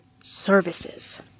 services